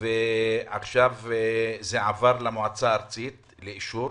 עכשיו זה עבר לאישור במועצה הארצית.